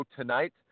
Tonight